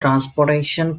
transportation